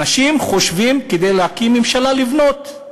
אנשים חושבים, להקים ממשלה, כדי לבנות.